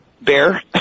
bear